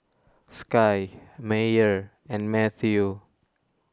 Sky Meyer and Mathew